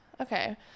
okay